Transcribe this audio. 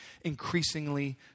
increasingly